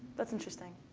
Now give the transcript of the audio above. that's interesting.